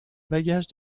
bagage